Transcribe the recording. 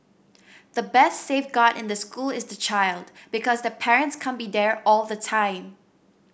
the best safeguard in the school is the child because the parents can't be there all the time